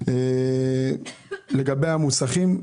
לגבי המוסכים,